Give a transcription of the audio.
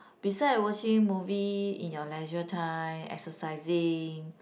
beside watching movie in your leisure time exercising